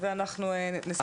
ואנחנו נסכם.